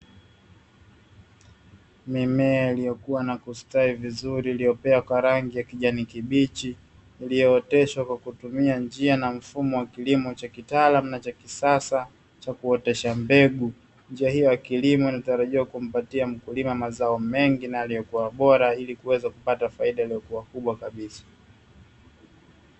Mimea iliyokuwa na kustawi vizuri iliyopea kwa rangi ya kijani kibichi, iliyooteshwa kwa kutumia njia na mfumo wa kilimo cha kitaalamu na cha kisasa cha kuotesha mbegu. Njia hiyo ya kilimo inatarajia kumpatia mkulima mazao mengi na yaliyokuwa bora ili kuweza kupata faida iliyokuwa kubwa kabisa.